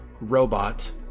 robot